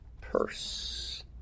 purse